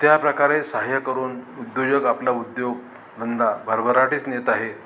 त्याप्रकारे सहाय्य करून उद्योजक आपला उद्योगधंदा भरभराटीस नेत आहेत